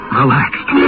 relaxed